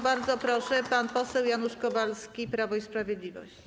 Bardzo proszę, pan poseł Janusz Kowalski, Prawo i Sprawiedliwość.